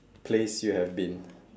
place you have been